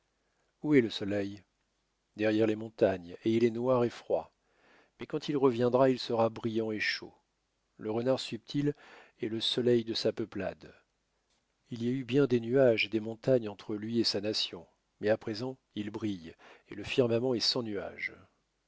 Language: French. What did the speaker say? où est le soleil derrière les montagnes et il est noir et froid mais quand il reviendra il sera brillant et chaud le renard subtil est le soleil de sa peuplade il y a eu bien des nuages et des montagnes entre lui et sa nation mais à présent il brille et le firmament est sans nuages